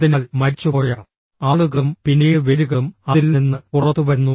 അതിനാൽ മരിച്ചുപോയ ആളുകളും പിന്നീട് വേരുകളും അതിൽ നിന്ന് പുറത്തുവരുന്നു